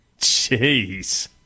Jeez